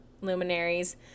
luminaries